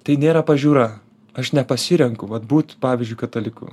tai nėra pažiūra aš nepasirenku vat būt pavyzdžiui kataliku